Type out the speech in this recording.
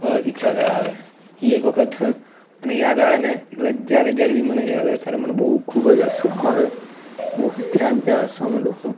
ઈચ્છા ધરાવે એ એક વખત મને યાદ આવે ને એટલે જ્યારે જ્યારે બી મને યાદ આવે ત્યારે મને ખૂબ જ હસવું આવે હું ત્યાંને ત્યાં હસવા માંડુ